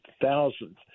thousands